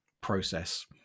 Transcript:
process